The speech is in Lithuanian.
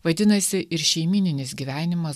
vadinasi ir šeimyninis gyvenimas